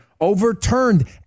overturned